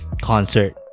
concert